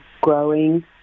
growing